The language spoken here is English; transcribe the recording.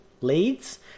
leads